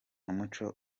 umuco